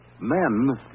Men